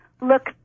look